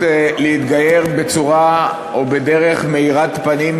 להתגייר בצורה או בדרך מאירת פנים,